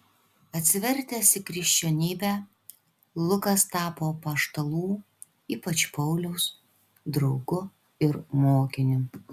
atsivertęs į krikščionybę lukas tapo apaštalų ypač pauliaus draugu ir mokiniu